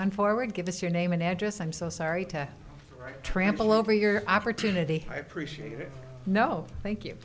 on forward give us your name and address i'm so sorry to trample over your opportunity i appreciate you know thank you